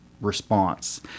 response